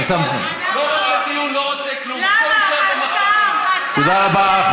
לא רוצה דיון, לא רוצה כלום, תודה רבה.